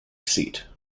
seat